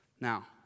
Now